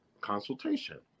consultation